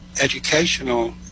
educational